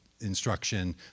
instruction